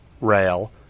rail